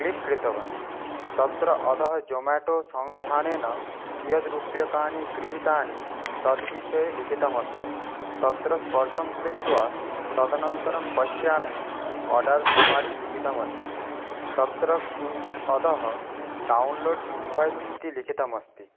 click कृतवान् तत्र अधः ज़ोमेटो संस्थानेन कियत् रुप्यकाणि गृहीतानि तद्बिषये लिखितमस्ति तत्र स्पर्शं कृत्वा तदनन्तरं पश्यामि आर्डर् समरी लिखितमस्ति तत्र किञ्चित् अधः डौन्लोड् इनवैज़् इति लिखितमस्ति